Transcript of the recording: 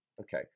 Okay